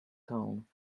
tone